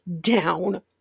down